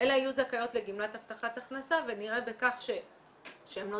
אלא יהיו זכאיות לגמלת הבטחת הכנסה ונראה בכך שהן לא